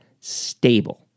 stable